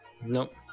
nope